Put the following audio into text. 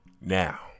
now